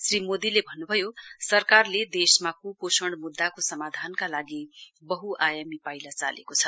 श्री मोदीले भन्नुभयो सरकारले देशमा कुपोषण मुद्दाको समाधानका लागि बह्आयामी पाइला चालेको छ